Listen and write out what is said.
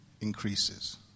increases